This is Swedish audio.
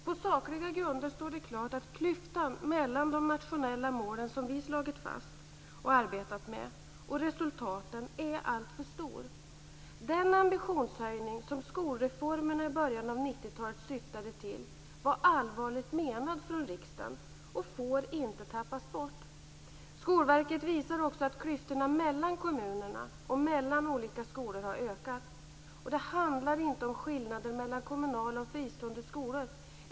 På sakliga grunder står det klart att klyftan mellan de nationella mål som vi slagit fast och arbetat med och resultaten är alltför stor. Den ambitionshöjning som skolreformen i början av 90-talet syftade till var allvarligt menad från riksdagen och får inte tappas bort. Skolverket visar också att klyftorna mellan kommunerna och mellan olika skolor har ökat. Det handlar inte om skillnader mellan kommunala och fristående skolor.